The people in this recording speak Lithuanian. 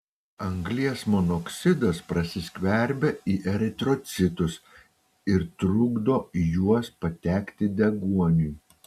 anglies monoksidas prasiskverbia į eritrocitus ir trukdo į juos patekti deguoniui